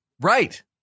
Right